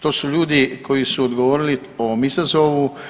To su ljudi koji su odgovorili ovom izazovu.